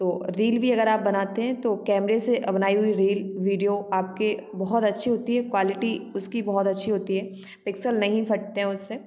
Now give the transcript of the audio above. तो रील भी अगर आप बनाते हैं तो कैमरे से बनाई हुई रील विडियो आपके बहुत अच्छी होती है क्वालिटी उसकी बहुत अच्छी होती है पिक्सल नहीं फटते हैं उससे